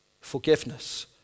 forgiveness